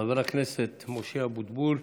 חבר הכנסת משה אבוטבול,